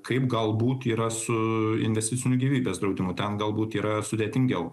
kaip galbūt yra su investiciniu gyvybės draudimu ten galbūt yra sudėtingiau